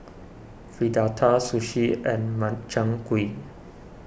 Fritada Sushi and Makchang Gui